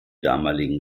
damaligen